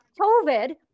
COVID